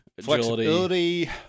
Flexibility